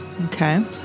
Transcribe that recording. Okay